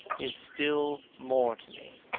is still more to me.